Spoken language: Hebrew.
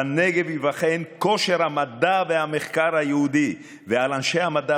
בנגב ייבחן כושר המדע והמחקר היהודי ועל אנשי המדע